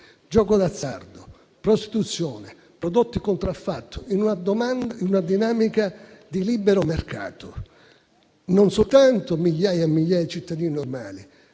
gioco d'azzardo, prostituzione e prodotti contraffatti, in una dinamica di libero mercato. Non soltanto migliaia e migliaia di cittadini normali,